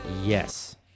Yes